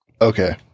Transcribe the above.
okay